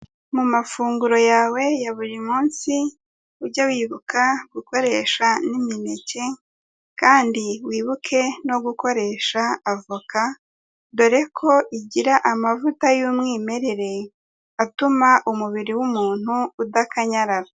Mu mafunguro yawe ya buri munsi ujye wibuka gukoresha n'imineke kandi wibuke no gukoresha avoka, dore ko igira amavuta y'umwimerere atuma umubiri w'umuntu udakanyarara.